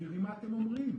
תראי מה אתם אומרים.